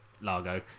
Largo